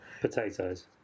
Potatoes